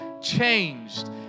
changed